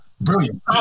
brilliant